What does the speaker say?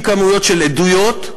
כמויות של עדויות,